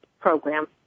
program